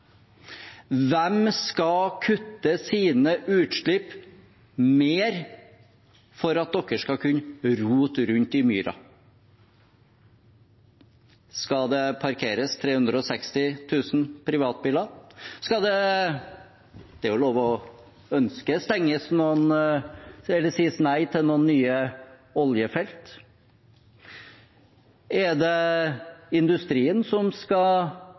Hvem skal kutte sine utslipp mer for at man skal kunne rote rundt i myra? Skal det parkeres 360 000 privatbiler? Skal man – det er jo lov å ønske – stenge noen eller si nei til nye oljefelt? Er det industrien som skal